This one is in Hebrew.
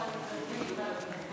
של המתנדבים והמתנדבות.